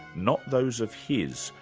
not those of his,